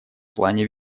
плане